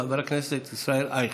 חבר הכנסת ישראל אייכלר.